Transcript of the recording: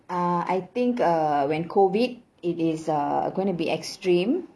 uh I think err when COVID it is uh going to be extreme